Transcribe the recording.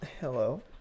Hello